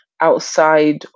outside